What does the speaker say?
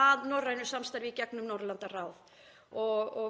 að norrænu samstarfi í gegnum Norðurlandaráð.